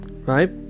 right